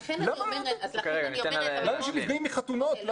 למה אנשים נפגעים מחתונות?